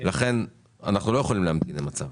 לכן אנחנו לא יכולים להמתין עם הצו.